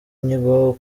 inyigo